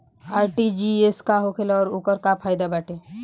RTGS का होखेला और ओकर का फाइदा बाटे?